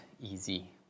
easy